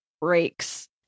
breaks